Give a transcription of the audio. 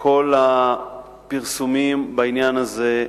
שכל הפרסומים בעניין הזה,